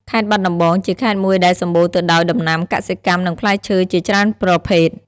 ខេត្តបាត់ដំបង ជាខេត្តមួយដែលសំបូរទៅដោយដំណាំកសិកម្មនិងផ្លែឈើជាច្រើនប្រភេទ។